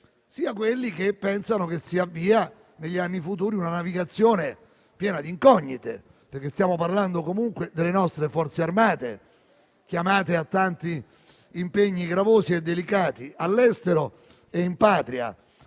sia quelli che pensano che si avvii negli anni futuri una navigazione piena di incognite, perché stiamo parlando comunque delle nostre Forze armate, chiamate a tanti impegni gravosi e delicati, all'estero e in Patria,